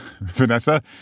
Vanessa